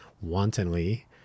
wantonly